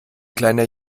kleiner